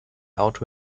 auto